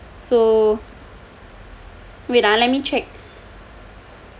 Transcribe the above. so wait ah let me check